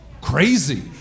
crazy